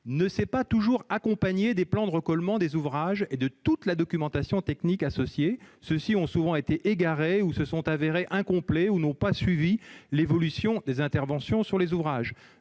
ne s'est pas toujours accompagné des plans de récolement des ouvrages et de toute la documentation technique associée. Ceux-ci ont souvent été égarés ou se sont avérés incomplets, à moins que l'évolution des interventions sur les ouvrages